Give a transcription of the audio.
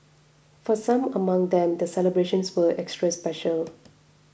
for some among them the celebrations were extra special